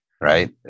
right